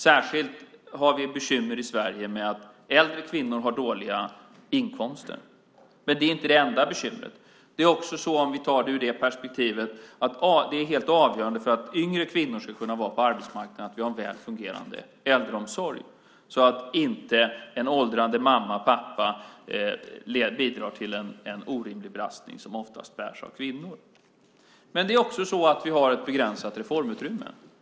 Särskilt har vi i Sverige bekymmer med att äldre kvinnor har dåliga inkomster. Men det är inte det enda bekymret. Om vi ser på frågan ur det perspektivet är det helt avgörande att vi har en väl fungerande äldreomsorg för att yngre kvinnor ska kunna vara på arbetsmarknaden. En åldrande mamma eller pappa ska inte behöva bidra till en orimlig belastning som oftast bärs av kvinnor. Vi har samtidigt ett begränsat reformutrymme.